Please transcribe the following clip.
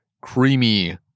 creamy